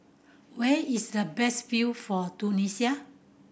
where is the best view for Tunisia